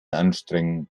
anstrengen